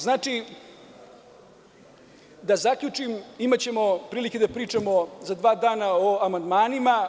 Da zaključim, imaćemo prilike da pričamo za dva dana o amandmanima.